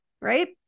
right